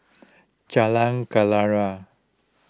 Jalan Kenarah